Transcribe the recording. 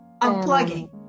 unplugging